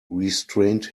restrained